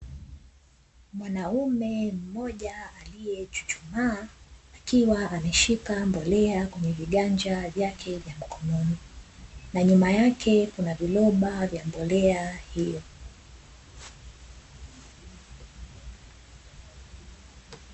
Mwanaume mmoja aliechuhchumaa akiwa ameshika mbolea kwenye viganja vyake vya mikono, na nyuma yake kuna viroba vya mbolea hiyo.